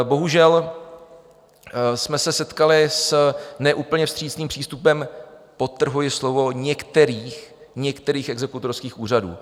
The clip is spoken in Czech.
Bohužel jsme se setkali s ne úplně vstřícným přístupem podtrhuji slovo některých některých exekutorských úřadů.